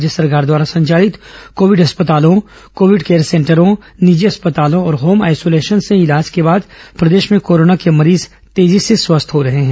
राज्य सरकार द्वारा संचालित कोविड अस्पतालों कोविड केयर सेंटरों निजी अस्पतालों और होम आइसोलेशन से इलाज के बाद प्रदेश में कोरोना के मरीज तेजी से स्वस्थ हो रहे हैं